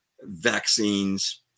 vaccines